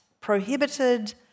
prohibited